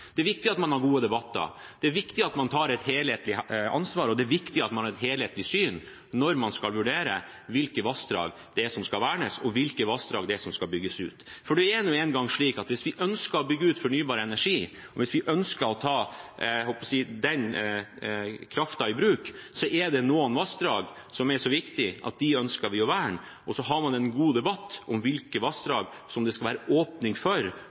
Det er viktig. Det er viktig at man har gode debatter, det er viktig at man tar et helhetlig ansvar, og det er viktig at man har et helhetlig syn når man skal vurdere hvilke vassdrag som skal vernes, og hvilke vassdrag som skal bygges ut, for det er nå engang slik at hvis vi ønsker å bygge ut fornybar energi, og hvis vi ønsker å ta den kraften i bruk, er det noen vassdrag som er så viktige at vi ønsker å verne dem. Så har man en god debatt om hvilke vassdrag det skal være åpning for